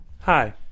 Hi